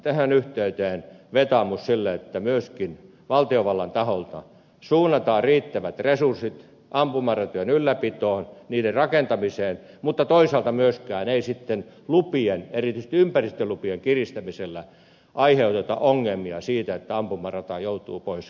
tähän yhteyteen vetoomus siitä että myöskin valtiovallan taholta suunnataan riittävät resurssit ampumaratojen ylläpitoon niiden rakentamiseen mutta että toisaalta myöskään ei sitten lupien erityisesti ympäristölupien kiristämisellä aiheuteta ongelmia siitä että ampumarata joutuu pois käytöstä